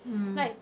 mm